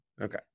Okay